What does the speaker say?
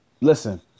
Listen